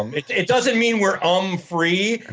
um it it doesn't mean we're um-free,